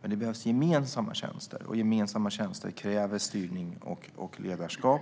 Men det behövs gemensamma tjänster, och gemensamma tjänster kräver styrning och ledarskap.